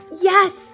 Yes